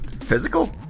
Physical